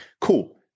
Cool